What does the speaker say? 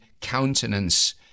countenance